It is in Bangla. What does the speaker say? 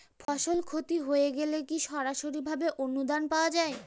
ফসল ক্ষতি হয়ে গেলে কি সরকারি ভাবে অনুদান পাওয়া য়ায়?